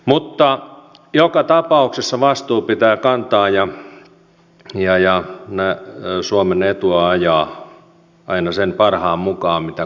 mutta joka tapauksessa vastuu pitää kantaa ja suomen etua ajaa aina sen parhaan mukaan mitä kulloinkin on